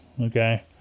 Okay